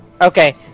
Okay